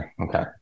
okay